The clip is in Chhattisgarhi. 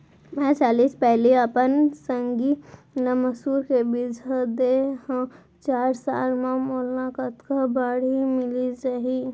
मैं चालीस पैली अपन संगी ल मसूर के बीजहा दे हव चार साल म मोला कतका बाड़ही मिलिस जाही?